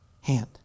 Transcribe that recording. hand